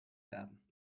werden